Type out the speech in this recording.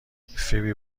فیبی